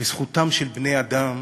בזכותם של בני-אדם